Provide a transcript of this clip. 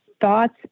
thoughts